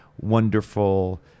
wonderful